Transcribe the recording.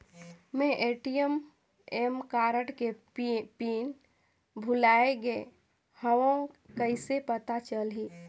मैं ATM card के PIN भुलाए गे हववं कइसे पता चलही?